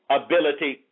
ability